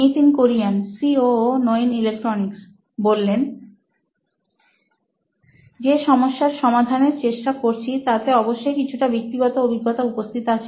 Nitin Kurian C O O নোইন electronics যে সমস্যার সমাধানের চেষ্টা করছি তাতে অবশ্যই কিছুটা ব্যক্তিগত অভিজ্ঞতা উপস্থিত আছে